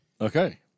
Okay